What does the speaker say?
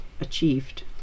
achieved